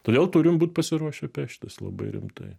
todėl turim būt pasiruošę peštis labai rimtai